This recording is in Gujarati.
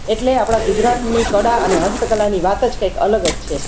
એટલે આપણા ગુજરાતની કળા અને હસ્તકલાની વાત જ કાંઈક અલગ જ છે